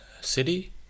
City